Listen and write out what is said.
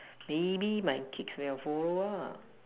maybe my kids will follow lah